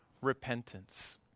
repentance